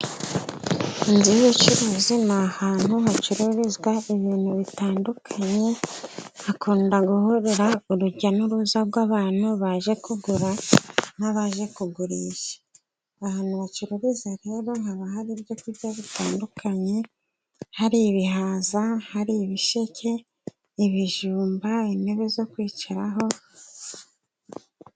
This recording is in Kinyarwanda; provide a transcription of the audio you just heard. Inzu y'ubucuruzi ni ahantu hacururizwa ibintu bitandukanye, hakunda guhurira urujya n'uruza rw'abantu baje kugura n'abaje kugurisha, ahantu bacururiza rero haba hari ibyo kurya bitandukanye: hari ibihaza, hari ibisheke, ibijumba, intebe zo kwicaraho.